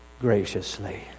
graciously